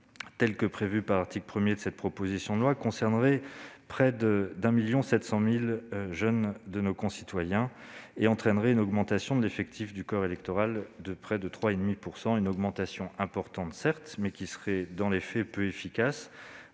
tel que prévu à l'article 1 de cette proposition de loi concernerait près de 1,7 million de nos jeunes concitoyens et entraînerait une augmentation de l'effectif du corps électoral de près de 3,5 %. Cette augmentation serait importante, certes, mais dans les faits peu efficace.